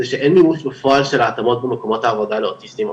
זה שאין מימוש בפועל של ההתאמות במקומות העבודה לאוטיסטים,